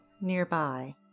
nearby